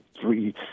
three